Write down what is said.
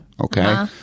Okay